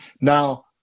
Now